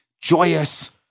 joyous